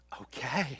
Okay